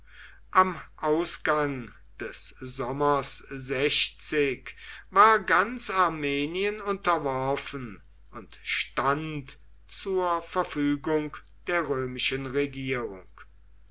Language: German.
am ausgang des sommers war ganz armenien unterworfen und stand zur verfügung der römischen regierung